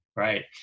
Right